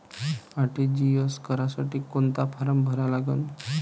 RTGS करासाठी कोंता form भरा लागन?